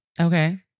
Okay